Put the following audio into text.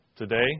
Today